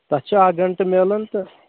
تَتھ چھِ اکھ گنٛٹہٕ میلان تہٕ